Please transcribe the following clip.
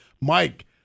Mike